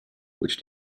which